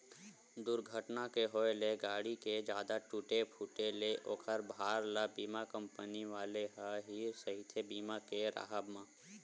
दूरघटना के होय ले गाड़ी के जादा टूटे फूटे ले ओखर भार ल बीमा कंपनी वाले ह ही सहिथे बीमा के राहब म